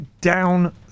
down